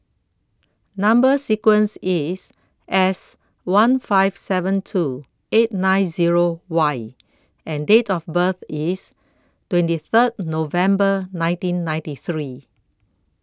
Number sequence IS S one five seven two eight nine Zero Y and Date of birth IS twenty Third November nineteen ninety three